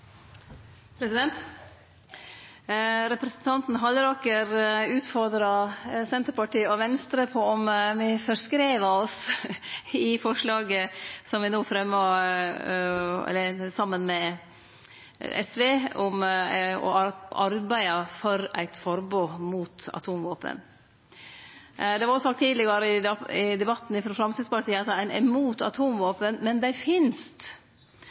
Representanten Halleraker utfordra Senterpartiet og Venstre på om me forskreva oss i forslaget som vi no fremjar saman med SV, om å arbeide for eit forbod mot atomvåpen. Det vart òg sagt tidlegare i debatten, frå Framstegspartiet, at ein er imot atomvåpen, men at dei finst.